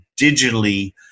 digitally